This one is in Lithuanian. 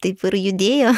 taip ir judėjo